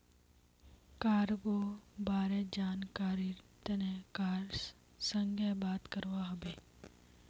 cargo बारे जानकरीर तने कार संगे बात करवा हबे